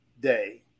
Day